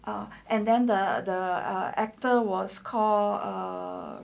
oh and then the the actor was called err